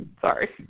Sorry